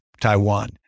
Taiwan